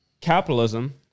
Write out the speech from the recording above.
capitalism